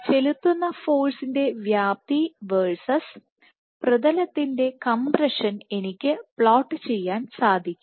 ചെലുത്തുന്ന ഫോഴ്സിൻറെ വ്യാപ്തി വേഴ്സസ് പ്രതലത്തിൻറെ കംപ്രഷൻ എനിക്ക് പ്ലോട്ട് ചെയ്യാൻ സാധിക്കും